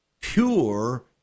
pure